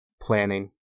Planning